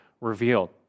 revealed